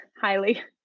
highly